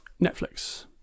Netflix